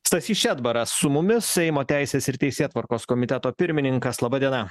stasys šedbaras su mumis seimo teisės ir teisėtvarkos komiteto pirmininkas laba diena